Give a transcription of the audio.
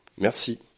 merci